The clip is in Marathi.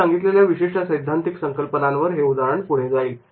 मी सांगितलेल्या विशिष्ट सैद्धांतिक संकल्पनांवर हे उदाहरण पुढे जाईल